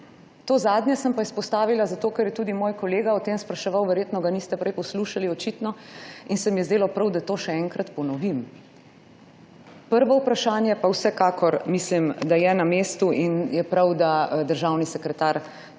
To zadnje sem pa izpostavila zato, ker je tudi moj kolega o tem spraševal, verjetno ga niste prej poslušali, očitno, in se mi je zdelo prav, da to še enkrat ponovim. Prvo vprašanje pa vsekakor mislim, da je na mestu in je prav, da državni sekretar